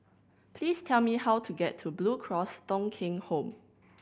please tell me how to get to Blue Cross Thong Kheng Home